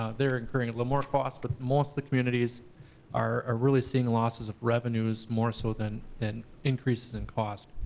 ah they're incurring a little more cost. but most of the communities are ah really seeing losses of revenues more so than and increases in cost.